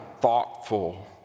thoughtful